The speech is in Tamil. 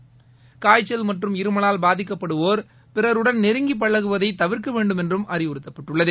னய்ச்சல் மற்றும் இருமலால் பாதிக்கப்படுவோர் பிறருடன் நெருங்கி பழகுவதை தவிர்க்க வேண்டுமென்றும் அறிவுறுத்தப்பட்டுள்ளது